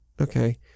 okay